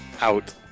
Out